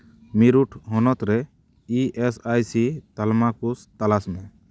ᱢᱤᱨᱩᱴ ᱦᱚᱱᱚᱛ ᱨᱮ E S I C ᱛᱟᱞᱢᱟ ᱠᱚ ᱛᱚᱞᱟᱥᱢᱮ